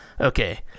Okay